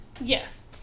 Yes